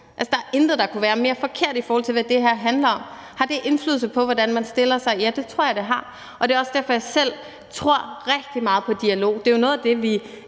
Der er intet, der kunne være mere forkert, i forhold til hvad det her handler om. Har det indflydelse på, hvordan man stiller sig? Ja, det tror jeg det har, og det er også derfor, at jeg selv tror rigtig meget på dialog. Det er jo noget af det, vi